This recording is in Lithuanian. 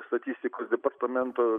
statistikos departamento